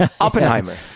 Oppenheimer